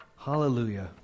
Hallelujah